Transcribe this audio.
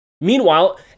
Meanwhile